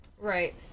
Right